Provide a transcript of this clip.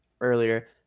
earlier